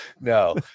No